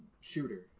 shooter